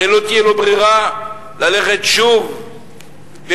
הרי לא תהיה לו ברירה אלא ללכת שוב לבחירות,